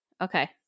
Okay